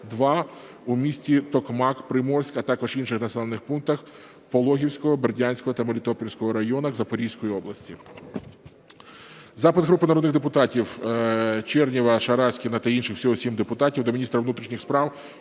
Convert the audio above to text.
Т2 у місті Токмак, Приморськ, а також в інших населених пунктах Пологівського, Бердянського та Мелітопольського районах Запорізької області. Запит групи народних депутатів (Чернєва, Шараськіна та інших. Всього 7 депутатів) до міністра внутрішніх справ